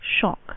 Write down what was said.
Shock